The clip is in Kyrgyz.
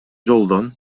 жолдон